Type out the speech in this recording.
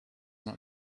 not